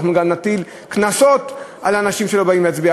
אנחנו גם נטיל קנסות על אנשים שלא באים להצביע.